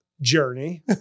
journey